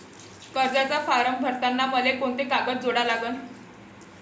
कर्जाचा फारम भरताना मले कोंते कागद जोडा लागन?